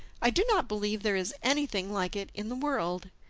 i do not believe there is anything like it in the world.